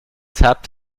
tapped